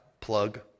Plug